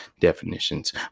definitions